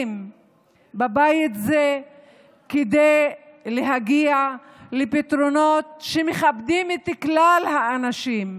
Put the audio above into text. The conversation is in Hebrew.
בבית זה כדי להגיע לפתרונות שמכבדים את כלל האנשים.